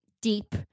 deep